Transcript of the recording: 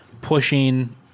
pushing